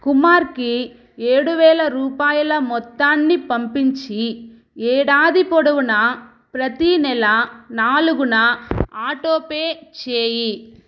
కుమార్కి ఏడు వేల రూపాయల మొత్తాన్ని పంపించి ఏడాది పొడవునా ప్రతీ నెల నాలుగున ఆటోపే చేయి